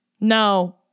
No